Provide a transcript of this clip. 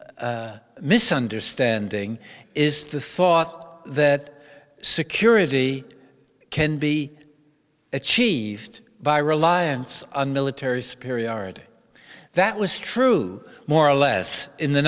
misunderstanding is the thought that security can be achieved by reliance on military superiority that was true more or less in the